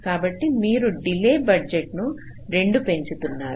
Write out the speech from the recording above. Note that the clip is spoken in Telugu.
కాబట్టి మీరు డిలే బడ్జెట్ను 2 పెంచుతున్నారు